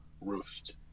Roost